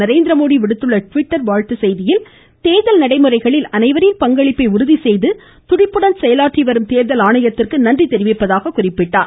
நரேந்திரமோடி விடுத்துள்ள ட்விட்டர் வாழ்த்துச் செய்தியில் தேர்தல் நடைமுறைகளில் அனைவரின் பங்களிப்பை உறுதிசெய்து துடிப்புடன் செயலாற்றி வரும் தேர்தல் ஆணையத்திற்கு நன்றி தெரிவிப்பதாக கூறியுள்ளார்